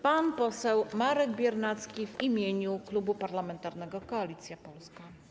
Pan poseł Marek Biernacki w imieniu Klubu Parlamentarnego Koalicja Polska.